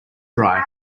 dry